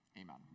Amen